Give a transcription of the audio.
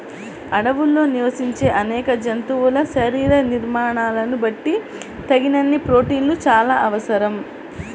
అడవుల్లో నివసించే అనేక జంతువుల శరీర నిర్మాణాలను బట్టి తగినన్ని ప్రోటీన్లు చాలా అవసరం